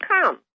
come